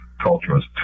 cultures